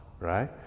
right